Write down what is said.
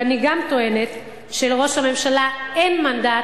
ואני גם טוענת שלראש הממשלה אין מנדט